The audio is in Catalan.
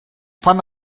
fan